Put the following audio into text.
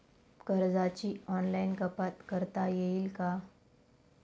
कर्जाची ऑनलाईन कपात करता येईल का?